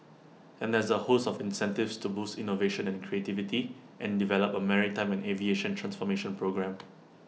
and there's A host of incentives to boost innovation and creativity and develop A maritime and aviation transformation programme